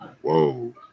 Whoa